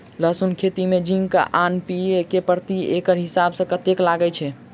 लहसून खेती मे जिंक आ एन.पी.के प्रति एकड़ हिसाब सँ कतेक लागै छै?